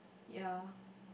ya